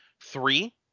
Three